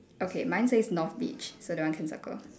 okay mine says north beach so that one can circle